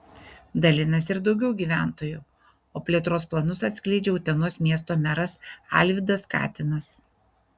dalinasi ir daugiau gyventojų o plėtros planus atskleidžia utenos miesto meras alvydas katinas